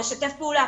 לשתף פעולה,